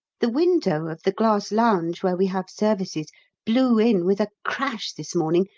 the window of the glass lounge where we have services blew in with a crash this morning,